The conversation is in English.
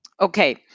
Okay